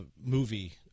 movie